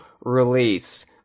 release